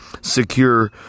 secure